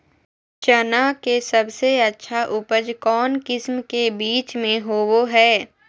चना के सबसे अच्छा उपज कौन किस्म के बीच में होबो हय?